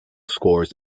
scores